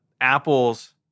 Apple's